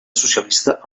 socialista